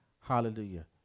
Hallelujah